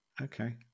Okay